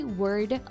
word